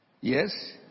Yes